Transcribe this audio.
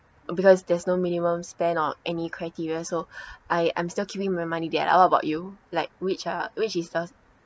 because there's no minimum spend or any criteria so I am still keeping my money there lah what about you like which ah which is the